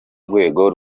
rwego